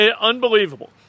Unbelievable